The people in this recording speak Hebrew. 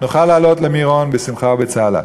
נוכל לעלות למירון בשמחה ובצהלה.